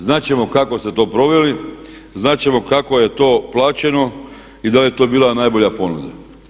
Znat ćemo kako se to proveli, znat ćemo kako je to plaćeno i da li je to bila najbolja ponuda.